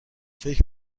فکر